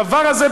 הדבר הזה,